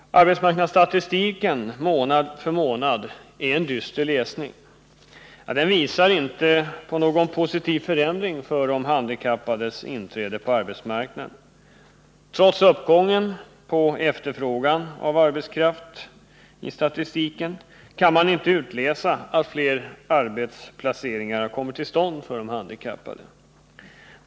Arbetsmarknadsstatistiken månad för månad är en dyster läsning. Den visar inte på någon positiv förändring för de handikappades inträde på arbetsmarknaden. Trots uppgången på efterfrågan av arbetskraft — i statistiken — kan man inte utläsa att fler arbetsplaceringar kommit till stånd för de handikappade.